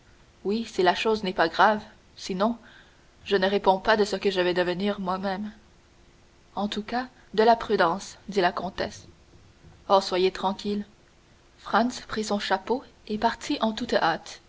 oui si la chose n'est pas grave sinon je ne réponds pas de ce que je vais devenir moi-même en tout cas de la prudence dit la comtesse oh soyez tranquille franz prit son chapeau et partit en toute hâte